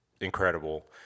incredible